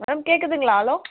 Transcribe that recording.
madam கேக்குதுங்களா hello